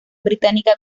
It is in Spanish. británica